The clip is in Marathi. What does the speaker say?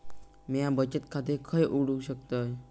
म्या बचत खाते खय उघडू शकतय?